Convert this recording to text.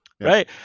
right